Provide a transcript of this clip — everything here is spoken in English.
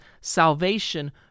salvation